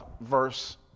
verse